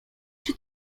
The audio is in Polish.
czy